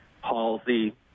Halsey